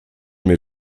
mir